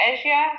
Asia